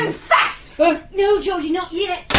ah but no, georgie, not yet.